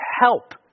help